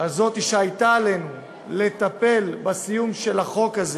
הזאת שהייתה עלינו, לטפל בסיום של החוק הזה